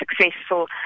successful